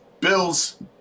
Bills